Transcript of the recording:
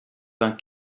vingt